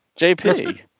jp